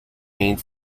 need